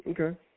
okay